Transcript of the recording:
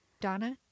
Donna